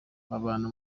babana